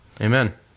Amen